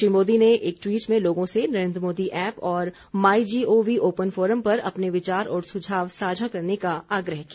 श्री मोदी ने एक टवीट में लोगों से नरेन्द्र मोदी ऐप और my G O V open forum पर अपने विचार और सुझाव साझा करने का आग्रह किया